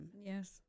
Yes